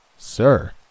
Sir